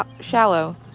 shallow